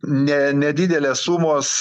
ne nedidelės sumos